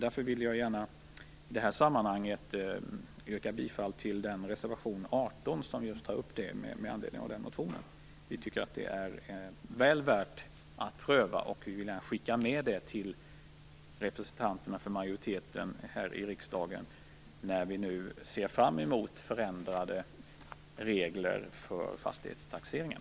Därför vill jag i det här sammanhanget yrka bifall till reservation 18, som just tar upp det, med anledning av den motionen. Vi tycker att det är väl värt att pröva, och vi vill skicka med det till representanterna för majoriteten här i riksdagen när vi nu ser fram emot ändrade regler för fastighetstaxeringen.